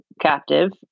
captive